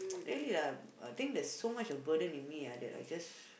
really lah I think there's so much of burden in me ah that I just